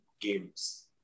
games